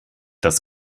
das